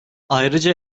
ayrıca